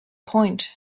point